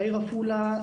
העיר עפולה,